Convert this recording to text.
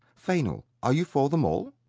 fainall, are you for the mall?